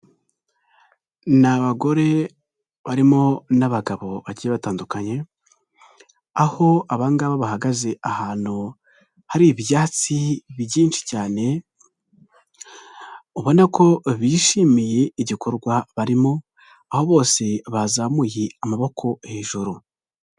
Ni abagore barimo n'abagabo bagiye batandukanye aho abangaba bahagaze ahantu hari ibyatsi byinshi cyane, ubona ko bishimiye igikorwa barimo aho bose bazamuye amaboko hejuru.